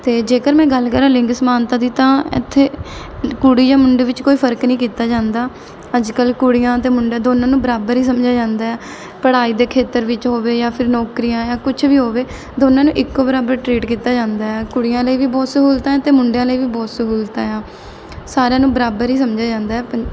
ਅਤੇ ਜੇਕਰ ਮੈਂ ਗੱਲ ਕਰਾਂ ਲਿੰਗ ਸਮਾਨਤਾ ਦੀ ਤਾਂ ਇੱਥੇ ਕੁੜੀ ਜਾਂ ਮੁੰਡੇ ਵਿੱਚ ਕੋਈ ਫਰਕ ਨਹੀਂ ਕੀਤਾ ਜਾਂਦਾ ਅੱਜ ਕੱਲ੍ਹ ਕੁੜੀਆਂ ਅਤੇ ਮੁੰਡੇ ਦੋਨਾਂ ਨੂੰ ਬਰਾਬਰ ਹੀ ਸਮਝਿਆ ਜਾਂਦਾ ਪੜ੍ਹਾਈ ਦੇ ਖੇਤਰ ਵਿੱਚ ਹੋਵੇ ਜਾਂ ਫਿਰ ਨੌਕਰੀਆਂ ਜਾਂ ਕੁਝ ਵੀ ਹੋਵੇ ਦੋਨਾਂ ਨੂੰ ਇੱਕੋ ਬਰਾਬਰ ਟ੍ਰੀਟ ਕੀਤਾ ਜਾਂਦਾ ਕੁੜੀਆਂ ਲਈ ਵੀ ਬਹੁਤ ਸਹੂਲਤਾਂ ਅਤੇ ਮੁੰਡਿਆਂ ਲਈ ਵੀ ਬਹੁਤ ਸਹੂਲਤਾਂ ਏ ਆ ਸਾਰਿਆਂ ਨੂੰ ਬਰਾਬਰ ਹੀ ਸਮਝਿਆ ਜਾਂਦਾ ਹੈ ਪੰ